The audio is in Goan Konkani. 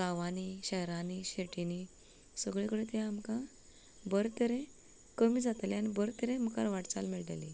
गांवांनी शहरांनी सिटीनी सगळें कडेन तें आमकां बरें तरें कमी जातले आनी बरें तरेन मुखार वाटचाल मेळटली